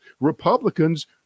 Republicans